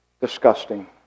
disgusting